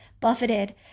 buffeted